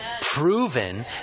proven